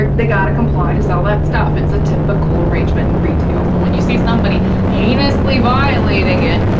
ah they gotta comply to sell that stuff, it's a typical arrangement in retail. so when you see somebody heinously violating it,